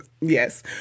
yes